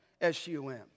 S-U-M